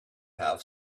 have